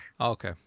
Okay